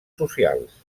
socials